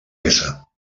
peça